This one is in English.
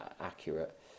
accurate